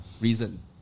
reason